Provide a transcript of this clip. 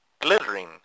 glittering